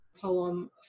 poem